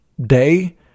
day